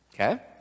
Okay